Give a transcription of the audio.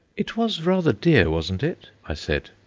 it was rather dear, wasn't it? i said.